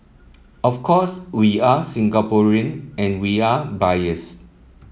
of course we are Singaporean and we are biased